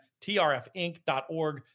trfinc.org